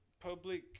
public